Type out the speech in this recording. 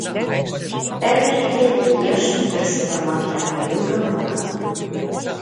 perverkite jį iešmu ir suformuokite pailgą formą